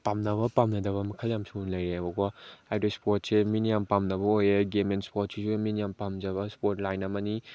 ꯄꯥꯝꯅꯕ ꯄꯥꯝꯅꯗꯕ ꯃꯈꯜ ꯌꯥꯝ ꯁꯨꯅ ꯂꯩꯔꯦꯕꯀꯣ ꯍꯥꯏꯕꯗꯤ ꯏꯁꯄꯣꯔꯠꯁꯦ ꯃꯤꯅ ꯌꯥꯝ ꯄꯥꯝꯅꯕ ꯑꯣꯏꯌꯦ ꯒꯦꯝ ꯑꯦꯟ ꯏꯁꯄꯣꯔꯠꯁꯤꯁꯨ ꯃꯤꯅ ꯌꯥꯝ ꯄꯥꯝꯖꯕ ꯏꯁꯄꯣꯔꯠ ꯂꯥꯏꯟ ꯑꯃꯅꯤ